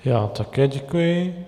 Já také děkuji.